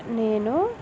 నేను